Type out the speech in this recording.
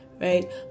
right